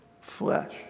flesh